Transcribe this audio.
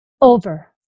Over